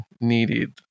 needed